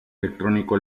electrónico